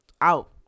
out